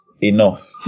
enough